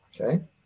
Okay